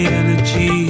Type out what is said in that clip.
energy